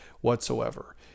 whatsoever